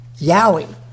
Yowie